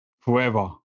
forever